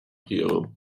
hero